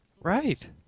Right